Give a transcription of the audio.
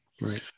Right